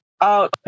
out